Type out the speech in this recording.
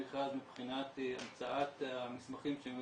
או לא עמדו בתנאי המכרז מבחינת המצאת המסמכים שהם היו